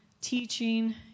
teaching